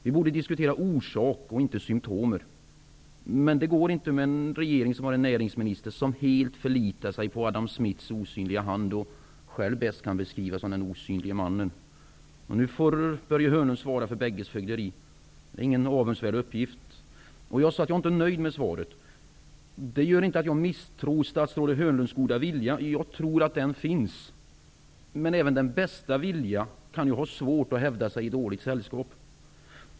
Vi borde diskutera orsaker, inte symtom. Men det går inte med en regering som har en näringsminister som helt förlitar sig på Adam Smiths osynliga hand och själv bäst kan beskrivas som den osynlige mannen. Nu får Börje Hörnlund svara för bägges fögderi. Det är ingen avundsvärd uppgift. Jag sade att jag inte är nöjd med svaret. Det innebär inte att jag misstror statsrådet Hörnlunds goda vilja. Jag tror att den finns. Men även den bästa vilja kan ha svårt att hävda sig i dåligt sällskap.